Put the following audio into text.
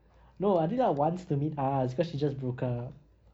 no adela wants to meet us because she just broke up